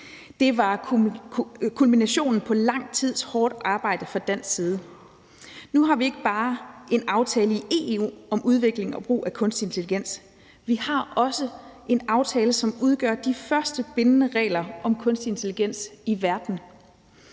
Det var kulminationen på lang tids hårdt arbejde fra dansk side. Nu har vi ikke bare en aftale i EU om udvikling og brug af kunst intelligens. Vi har også en aftale, som udgør de første bindende regler om kunstig intelligens i verden.